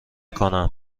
کنم